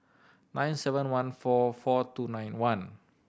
nine seven one four four two nine one